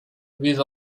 with